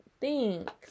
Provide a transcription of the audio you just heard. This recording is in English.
thanks